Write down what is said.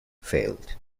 failed